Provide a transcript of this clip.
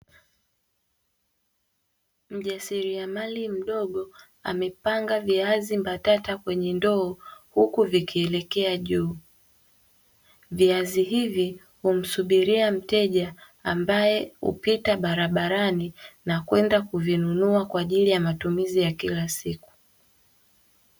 Mjasiriamali mdogo amepanga viazi mbatata kwenye ndoo huku vikielekea juu, viazi hivi humsubiria mteja ambaye hupita barabarani na kwenda kuvinunua kwa ajili ya matumizi ya kila siku.